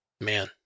Man